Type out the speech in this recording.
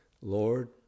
Lord